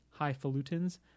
highfalutins